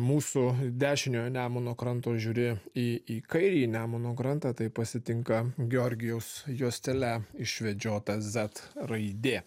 mūsų dešiniojo nemuno kranto žiūri į į kairįjį nemuno krantą tai pasitinka georgijaus juostele išvedžiota zet raidė